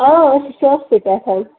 آ أسۍ چھِ شاپسٕے پٮ۪ٹھ